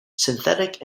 synthetic